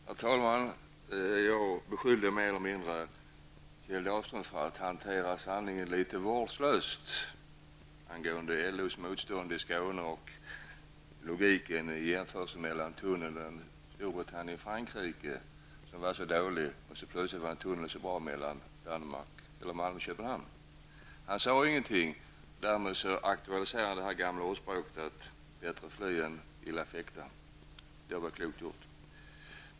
Herr talman! Jag beskyllde -- med, eller mindre -- Kjell Dahlström för att hantera sanningen litet vårdslöst angående LOs motstånd i Skåne, och jag ifrågasatte logiken i jämförelsen med tunneln mellan Storbritannien och Frankrike. Den tunneln var så dålig -- och plötsligt var en tunnel så bra mellan Malmö och Köpenhamn. Han sade ingenting, och därmed auktualiserade han det gamla ordspråket ''Bättre fly än illa fäkta''. Det var klokt gjort.